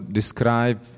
describe